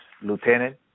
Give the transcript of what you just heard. lieutenant